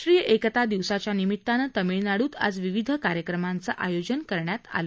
राष्ट्रीय एकता दिवसच्या निमित्तानं तामिळनाडूत आज विविध कार्यक्रमांचं आयोजन करण्यात आलं